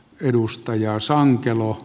edustaja sankelo